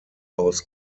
aus